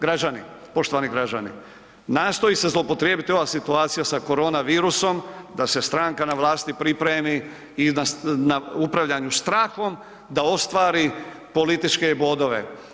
Građani, poštovani građani, nastoji se zloupotrijebiti ova situacija sa korona virusom, da se stranka na vlasti pripremi i upravljanju strahom da ostvari političke bodove.